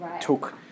took